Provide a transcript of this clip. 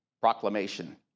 proclamation